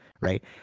Right